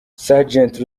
sgt